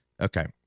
Okay